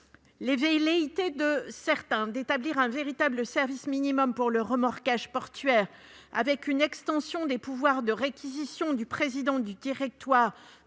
velléités de certains d'établir un véritable service minimum pour le remorquage portuaire, avec une extension des pouvoirs de réquisition du président du directoire